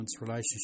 relationship